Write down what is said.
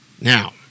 now